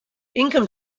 income